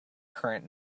current